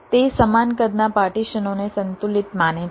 તે સમાન કદના પાર્ટીશનોને સંતુલિત માને છે